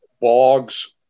bogs